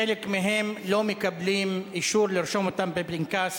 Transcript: חלק מהם לא מקבלים אישור להירשם בפנקס